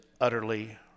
utterly